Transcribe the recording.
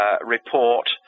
report